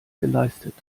geleistet